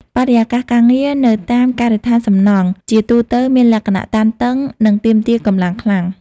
បរិយាកាសការងារនៅតាមការដ្ឋានសំណង់ជាទូទៅមានលក្ខណៈតានតឹងនិងទាមទារកម្លាំងខ្លាំង។